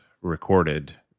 recorded